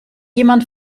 jemand